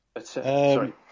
Sorry